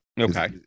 Okay